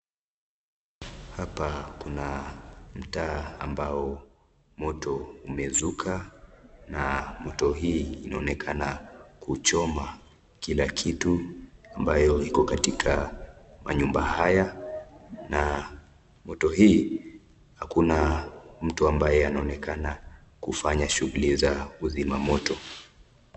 Hapa kuna mtaa ambao moto umezuka na moto hii inaonekana kuchoma kila kitu ambayo iko katika manyumba haya na moto hii hakuna mtu ambaye anaonekana kufanya shughuli za uzima moto.